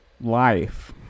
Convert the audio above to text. life